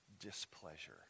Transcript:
Displeasure